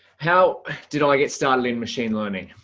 how did i get started in machine learning?